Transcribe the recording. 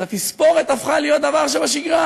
אז התספורת הפכה להיות דבר שבשגרה,